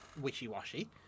wishy-washy